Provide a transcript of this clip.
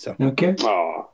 Okay